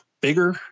bigger